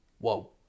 whoa